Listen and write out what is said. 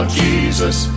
jesus